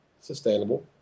sustainable